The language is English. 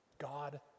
God